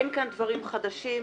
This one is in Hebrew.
אין כאן דברים חדשים.